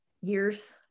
years